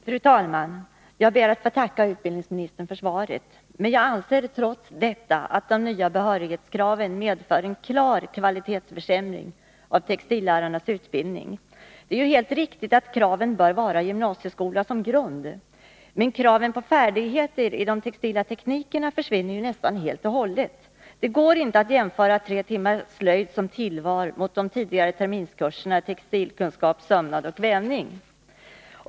Fru talman! Jag ber att få tacka utbildningsministern för svaret. Jag anser trots detta att de nya behörighetskraven medför en klar kvalitetsförsämring av textillärarnas utbildning. Det är helt riktigt att kravet bör vara gymnasieskola som grund, men kravet på färdigheter i de textila teknikerna försvinner nästan helt och hållet. Det går inte att jämföra tre timmar slöjd som tillval med de tidigare terminskurserna i textilkunskap, sömnad och vävning.